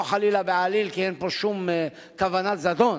לא חלילה, בעליל אין פה שום כוונת זדון,